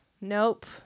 Nope